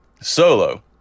Solo